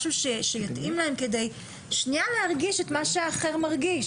משהו שיתאים להם כדי שנייה להרגיש את מה שהאחר מרגיש,